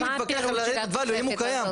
אני מתווכח על ה-added Value האם הוא קיים.